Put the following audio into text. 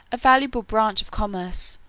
a valuable branch of commerce,